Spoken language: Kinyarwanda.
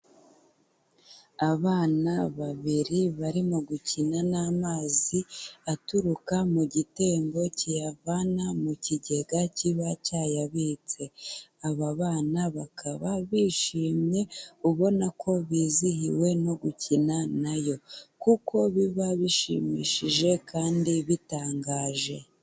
Abana babiri barimo gukina n'amazi aturuka mu gitembo kiyavana mu kigega kiba cyayabitse. Aba bana bakaba bishimye, ubona ko bizihiwe no gukina na yo kuko biba bishimishije kandi bitangaje.